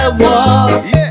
walk